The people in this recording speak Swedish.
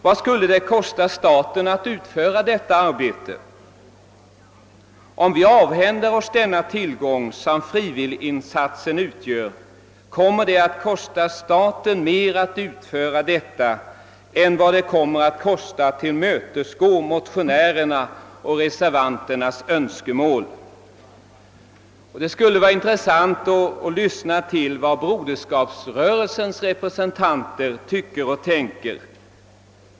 Vad skulle det kosta staten att utföra detta arbete? Om vi avhänder oss den tillgång som frivilliginsatsen utgör, kommer det att kosta staten mer att utföra detta arbete än det kostar att tillmötesgå motionärernas och reservanternas önskemål. Det skulle vara intressant att få veta "vad broderskapsrörelsens representanter tycker och tänker.